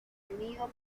nido